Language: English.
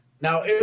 Now